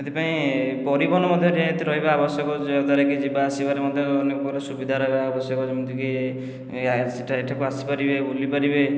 ସେଥିପାଇଁ ପରିବହନ ମଧ୍ୟ ନିହାତି ରହିବା ଆବଶ୍ୟକ ଯାଦ୍ଵାରାକି ଯିବା ଆସିବାରେ ମଧ୍ୟ ମାନେ ପୁରା ସୁବିଧା ରହିବା ଆବଶ୍ୟକ ଯେମିତିକି ଏଠାକୁ ଆସି ପାରିବେ ବୁଲି ପାରିବେ